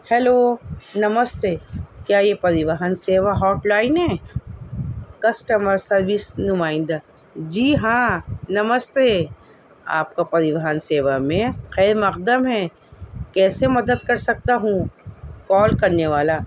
hello namaste کیا یہ Parivahan Seva hotline ہے کسٹمر سروس نمائندہ جی ہاں نمستے آپ کا پریوہن سیوا میں خیر مقدم ہے کیسے مدد کر سکتا ہوں کال کرنے والا